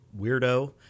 weirdo